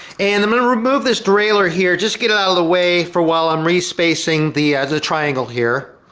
and i'm gonna remove this derailleur here just get it out of the way for while i'm re-spacing the triangle here.